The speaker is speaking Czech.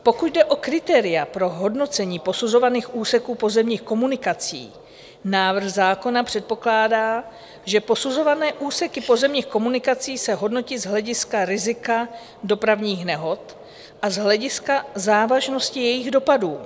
Pokud jde o kritéria pro hodnocení posuzovaných úseků pozemních komunikací, návrh zákona předpokládá, že posuzované úseky pozemních komunikací se hodnotí z hlediska rizika dopravních nehod a z hlediska závažnosti jejich dopadů.